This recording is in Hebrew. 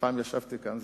פעם ישבתי כאן.